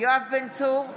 יואב בן צור,